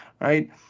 right